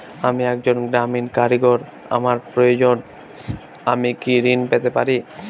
আমি একজন গ্রামীণ কারিগর আমার প্রয়োজনৃ আমি কি ঋণ পেতে পারি?